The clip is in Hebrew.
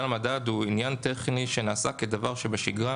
למדד הוא עניין טכני שנעשה כדבר שבשגרה,